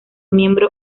miembro